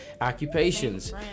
occupations